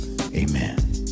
Amen